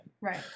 Right